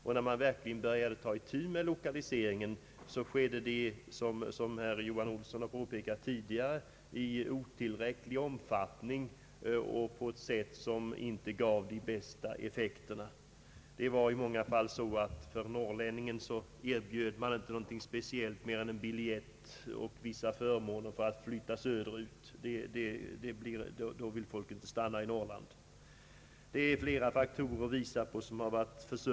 När regeringen verkligen tog itu med lokaliseringsproblemet, skedde det, som herr Johan Olsson tidigare har påpekat, i otillräcklig omfattning och på ett sätt som inte gav de bästa effekterna. Det var i många fall så att man inte erbjöd norrlänningen något annat än en biljett och vissa förmåner av att flytta söderut. Då vill folk inte stanna i Norrland. Försummelser har skett i flera fall.